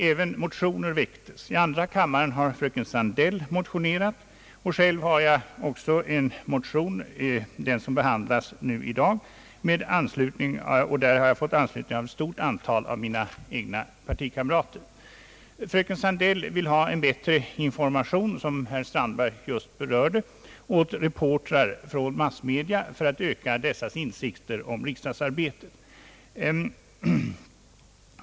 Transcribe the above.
även motioner väcktes. I andra kammaren har fröken Sandell motionerat, och själv har jag en motion, som behandlas nu i dag, och där har jag fått anslutning av ett stort antal av mina egna partikamrater. Fröken Sandell vill ha en bättre information, som herr Strandberg just berörde, åt reportrar från massmedia för att öka dessas insikter om riksdagsarbetet.